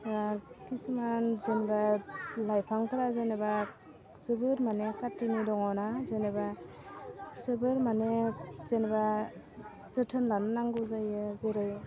खिसुमान जेनेबा लाइफांफोरा जेनेबा जोबोद माने खाथिनि दङना जेनेबा जोबोर माने जेनेबा जोथोन लानो नांगौ जायो जेरै